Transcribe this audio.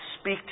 speak